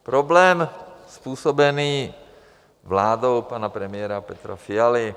Problém způsobený vládou pana premiéra Petra Fialy.